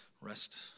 rest